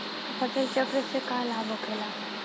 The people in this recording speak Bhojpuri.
फसल चक्र से का लाभ होखेला?